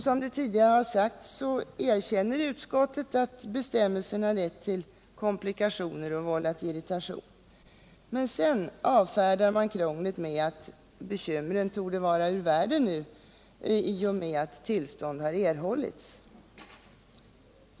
Som tidigare sagts erkänner utskottet att bestämmelserna har lett till praktiska komplikationer och vållat irritation. Men sedan avfärdar man krånglet med att bekymren nu torde vara ur världen i och med att tillstånd erhållits.